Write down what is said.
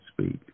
speak